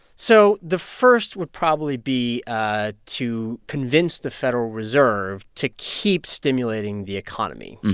so the first would probably be ah to convince the federal reserve to keep stimulating the economy.